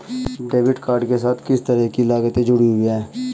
Debit card के साथ किस तरह की लागतें जुड़ी हुई हैं?